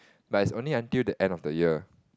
but it's only until the end of the year